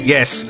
Yes